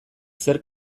zer